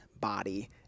body